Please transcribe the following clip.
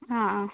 ആ ആ